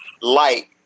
light